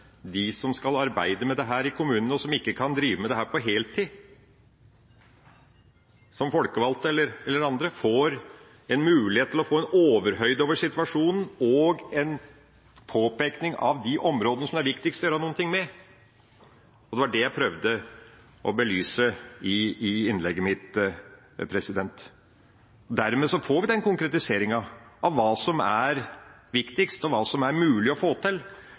de som skal arbeide med dette i kommunene, og som ikke kan drive med dette på heltid, som folkevalgte eller andre, får mulighet til å få en overhøyde over situasjonen og en påpekning av de områdene som er viktigst å gjøre noe med. Det var det jeg prøvde å belyse i innlegget mitt. Dermed får vi den konkretiseringa av hva som er viktigst, og hva som er mulig å få til.